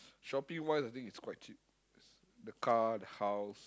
shopping wise I think it's quite cheap the car the house